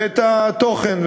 זה התוכן.